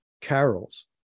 carols